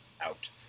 out